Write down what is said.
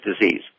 disease